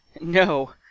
No